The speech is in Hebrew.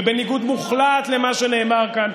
ובניגוד מוחלט למה שנאמר כאן,